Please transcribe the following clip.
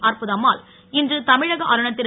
அற்புதம்மாள் இன்று தமிழக ஆளுநர் திரு